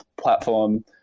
platform